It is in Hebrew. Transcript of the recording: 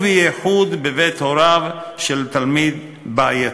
ובייחוד בבית הוריו של תלמיד בעייתי".